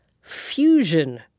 fusion